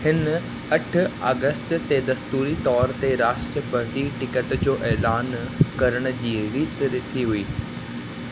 हिन अठ अगस्ट ते दस्तूरी तौर ते राष्ट्रपति टिकट जो ऐलान करण जी रिथ रिथी हुई